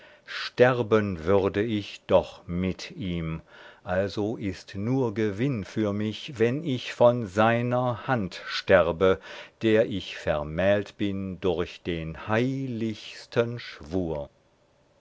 sterben würde ich doch mit ihm also ist nur gewinn für mich wenn ich von seiner hand sterbe der ich vermählt bin durch den heiligsten schwur